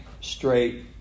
straight